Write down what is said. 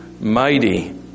mighty